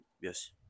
yes